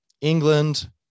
England